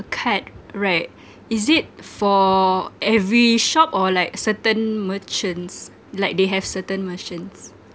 card right is it for every shop or like certain merchants like they have certain merchants